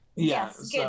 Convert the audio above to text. Yes